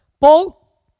Paul